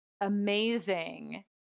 amazing